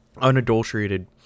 unadulterated